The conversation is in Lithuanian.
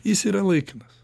jis yra laikinas